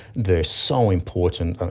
they are so important.